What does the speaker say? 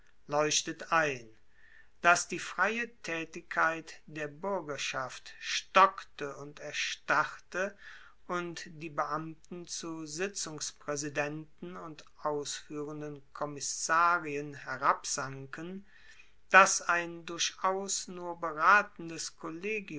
leuchtet ein dass die freie taetigkeit der buergerschaft stockte und erstarrte und die beamten zu sitzungspraesidenten und ausfuehrenden kommissarien herabsanken dass ein durchaus nur beratendes kollegium